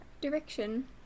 direction